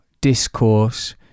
discourse